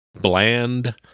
Bland